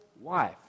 wife